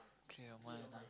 clear your mind ah